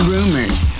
Rumors